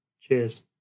Cheers